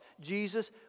Jesus